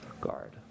guard